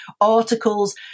articles